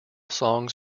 songs